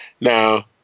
Now